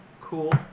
cool